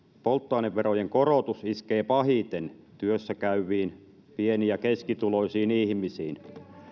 polttoaineverojen korotus iskee pahiten työssäkäyviin pieni ja keskituloisiin ihmisiin